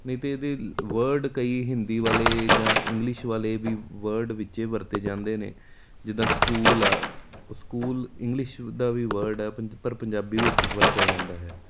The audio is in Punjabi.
ਨਹੀਂ ਤਾਂ ਇਹਦੇ ਵਰਡ ਕਈ ਹਿੰਦੀ ਵਾਲੇ ਜਾਂ ਇੰਗਲਿਸ਼ ਵਾਲੇ ਵੀ ਵਰਡ ਵਿੱਚੇ ਵਰਤੇ ਜਾਂਦੇ ਨੇ ਜਿੱਦਾਂ ਸਕੂਲ ਆ ਸਕੂਲ ਇੰਗਲਿਸ਼ ਦਾ ਵੀ ਵਰਡ ਹੈ ਪ ਪਰ ਪੰਜਾਬੀ ਵਿੱਚ ਵਰਤਿਆ ਜਾਂਦਾ ਹੈ